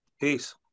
Peace